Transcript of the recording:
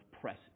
press